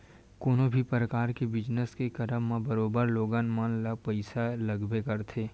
कोनो भी परकार के बिजनस के करब म बरोबर लोगन मन ल पइसा लगबे करथे